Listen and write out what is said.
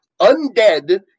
undead